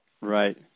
Right